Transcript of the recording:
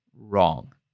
wrong